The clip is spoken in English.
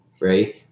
right